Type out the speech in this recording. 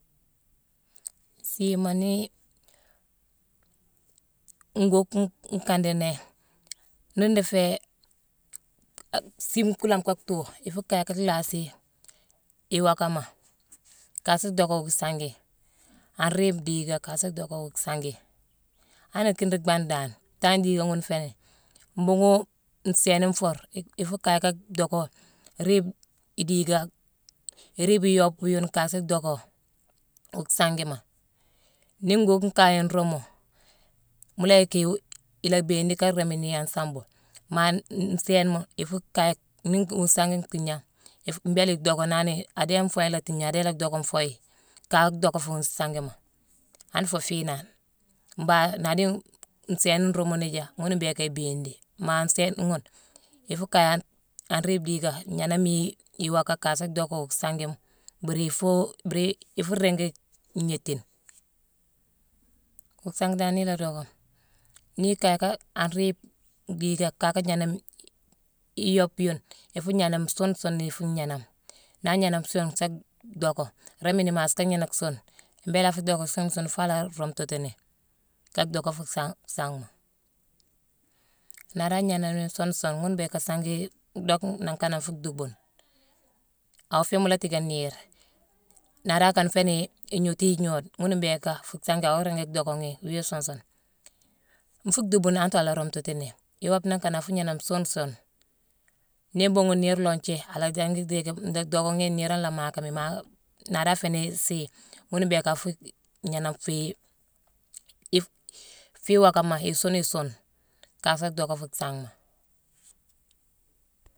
Siima nii nguuck-n-nkandi néé, ni ruu féé siime kulane ka thuu, ifu kaye ka lhaasi iwaakama, a sa dhocka sangi an riibe diiké. An riibe diiké ka sa dhocké wuu sangi. Han kine nruu bhangh dan, tangne diiké ghune nféé mbhuughune nsééne nfur, ifu kaye ka dhocka, riibe idiika, iriibe iwoobe yune ka sa dhocka wuu sangima. Ni nguuck nkaye nruumu, mu la yicki élabindi ka rémini an sambo. Maa n-nséénema ifu kaye ni mbhuughune wuu sangi ntiigné, ifu-mbéélé idhocka na ni; adéé nfuye nlhaa tiigné, adéé la dhocka nfuye ka dhocka fu sangima. An foo fiinane, mbaagh ndari-nsééne nruumo ni ja, ghuna mbhiiké ibindi. Maa nsééne ghune, ifu kaye an riibe diika gnéénami iwaaka ka sa dhocka wuu sangima mburi ifuu-biri-nfu ringi gnéétine. Wuu sangi dan ni la dhocka ghi, ni kaye ka an riibe diika ka gnééname iwoobe yune, ifu gnééname suun-sune ifu gnééname. Naa gnééname suune sa dhocka, réémini masse ka gnééname suune. Mbééla a fu docké suune-sune faa la runtutini ka dhocka fuu sang-sangima. Ndari agnééname ni suune-sune ghuna mbhiiké sangii dock nangh kane nfu dhuubune. Awaa féé mu la tické niir. Ndari akane fééni ignotu ignoode, ghuna mbhiiké akane fu sangi awaa ringi dhocka ghi wii suun-sune. Nfu dhuubune antere a la runtati ni. Iwoobe nangh kane afu gnééname suun-sune. Nii mbhuughune niir lo nthié, a la ringi dhiiki nlaa dhocka ghi, niirone i la maakami ni. Maa ndaari aféé ni sii, ghuna mbhiiké afu gnééname-fii-if-fii waakama isuuni sune ka sa dhocka fu sangima.